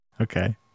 Okay